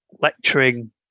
lecturing